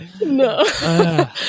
No